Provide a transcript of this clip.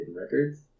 records